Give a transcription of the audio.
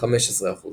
15%